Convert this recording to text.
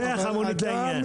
המונית לא שייכת לעניין.